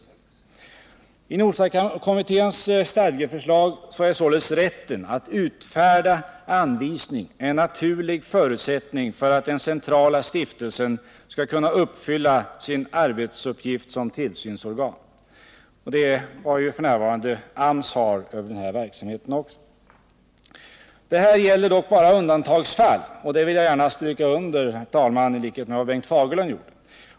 I NOSA kommitténs stadgeförslag är således rätten att utfärda anvisning en naturlig förutsättning för att den centrala stiftelsen skall kunna uppfylla sin arbetsuppgift som tillsynsorgan. F.n. har AMS tillsyn över denna verksamhet också. Det här gäller dock bara undantagsfall, och det vill jag gärna stryka under, herr talman, i likhet med vad Bengt Fagerlund gjorde.